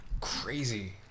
crazy